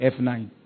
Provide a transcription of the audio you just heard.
F9